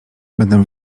będę